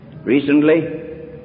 Recently